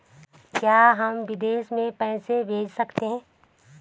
क्या हम विदेश में पैसे भेज सकते हैं?